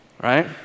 Right